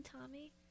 Tommy